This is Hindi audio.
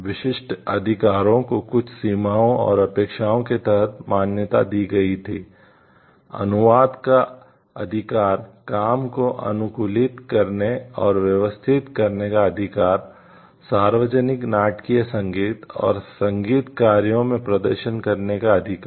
विशिष्ट अधिकारों को कुछ सीमाओं और अपेक्षाओं के तहत मान्यता दी गई थी अनुवाद का अधिकार काम को अनुकूलित करने और व्यवस्थित करने का अधिकार सार्वजनिक नाटकीय संगीत और संगीत कार्यों में प्रदर्शन करने का अधिकार